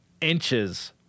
inches